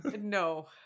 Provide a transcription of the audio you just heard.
No